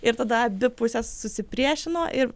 ir tada abi pusės susipriešino ir